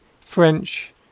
French